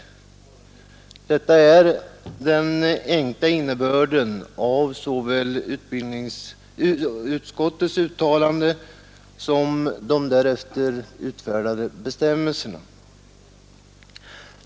Detta är den enkla innebörden av såväl utbildningsutskottets uttalande som de därefter utfärdade bestämmelserna.